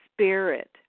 spirit